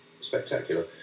spectacular